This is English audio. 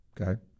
okay